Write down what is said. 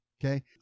Okay